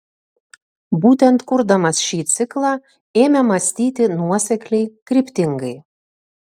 būtent kurdamas šį ciklą ėmė mąstyti nuosekliai kryptingai